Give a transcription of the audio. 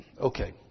Okay